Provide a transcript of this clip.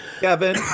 Kevin